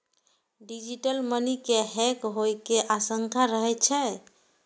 digital money के hack होइ के आशंका रहै छै